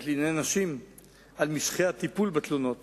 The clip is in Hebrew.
לענייני נשים על משכי הטיפול בתלונות